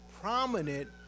prominent